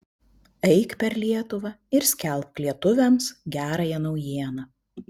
eik per lietuvą ir skelbk lietuviams gerąją naujieną